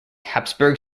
habsburg